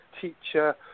teacher